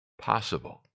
possible